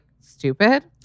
stupid